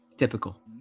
typical